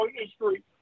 history